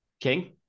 king